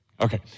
Okay